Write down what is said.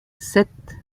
sept